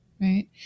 right